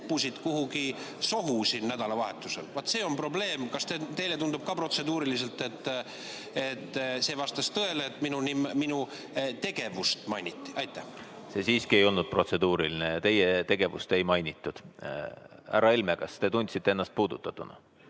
kuhugi sohu siin nädalavahetusel, vaat see on probleem. Kas teile tundub ka protseduuriliselt, et see vastas tõele, et minu tegevust mainiti? See siiski ei olnud protseduuriline. Teie tegevust ei mainitud. Härra Helme, kas te tundsite ennast puudutatuna?